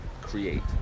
create